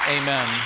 amen